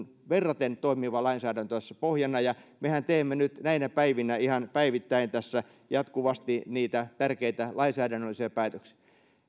verraten toimiva lainsäädäntö tässä pohjana ja mehän teemme nyt näinä päivinä tässä ihan päivittäin jatkuvasti niitä tärkeitä lainsäädännöllisiä päätöksiä